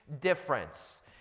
difference